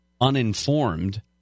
uninformed